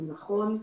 נכון,